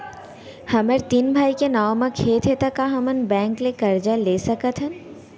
हमर तीन भाई के नाव म खेत हे त का हमन बैंक ले करजा ले सकथन?